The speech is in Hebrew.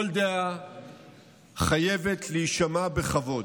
כל דעה חייבת להישמע בכבוד.